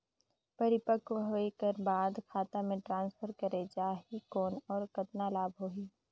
परिपक्व होय कर बाद खाता मे ट्रांसफर करे जा ही कौन और कतना लाभ होही?